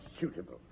suitable